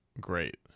great